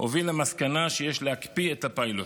הוביל למסקנה שיש להקפיא את הפיילוט.